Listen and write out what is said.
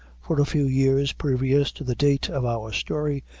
for a few years previous to the date of our story,